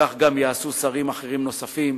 כך יעשו גם שרים אחרים נוספים,